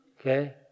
Okay